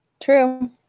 True